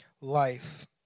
life